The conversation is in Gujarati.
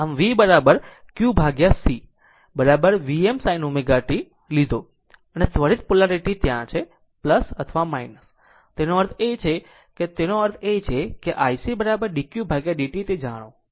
આમ V qC V Vm sin ω t સાથે લીધો અને ત્વરિત પોલારીટી ત્યાં છે અને તેનો અર્થ છે જો લે તો તેનો અર્થ છે IC dqdt તે જાણો